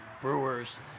brewers